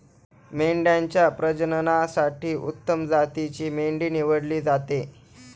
मेंढ्यांच्या प्रजननासाठी उत्तम जातीची मेंढी निवडली जाते